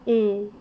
mm